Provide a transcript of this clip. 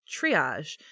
triage